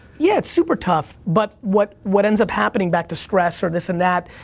yeah, it's super tough, but what what ends up happening, back to stress, or this and that,